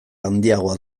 handiagoa